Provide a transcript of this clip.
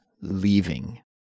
leaving